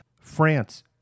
France